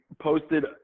posted